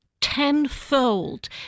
tenfold